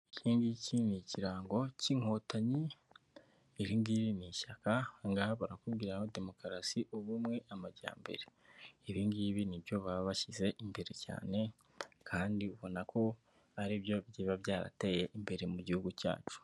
Iki ngiki ni ikirango cy'inkotanyi, iri ngiri ni ishyaka, aha ngaha barakubwira ngo demokarasi ubumwe amajyambere. Ibi ngibi nibyo baba bashyize imbere cyane kandi ubona ko ari byo byaba byarateye imbere mu gihugu cyacu.